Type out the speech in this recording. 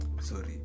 Sorry